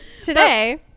Today